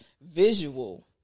visual